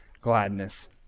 gladness